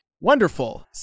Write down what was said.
Wonderful